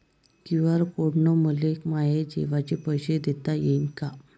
QR code न मले माये जेवाचे पैसे देता येईन का?